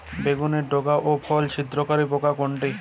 বেগুনের ডগা ও ফল ছিদ্রকারী পোকা কোনটা?